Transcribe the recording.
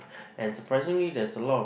and surprisingly there's a lot of